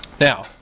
Now